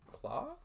Claw